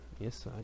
Yes